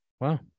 Wow